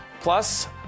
Plus